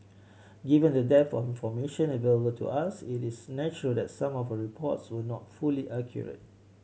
given the dearth of information available to us it is natural that some of reports were not fully accurate